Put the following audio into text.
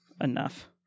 enough